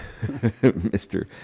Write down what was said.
Mr